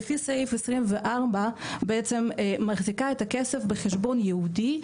שלפי סעיף 24 בעצם מחזיקה את הכסף בחשבון ייעודי,